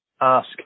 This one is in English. ask